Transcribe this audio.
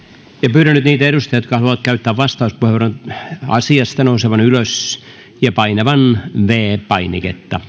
pyydän nyt niitä edustajia jotka haluavat käyttää vastauspuheenvuoron asiasta nousemaan ylös ja painamaan viides painiketta